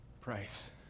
price